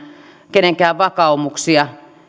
kenenkään vakaumuksia ja